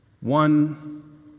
one